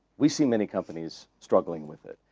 we see many companies struggling with it.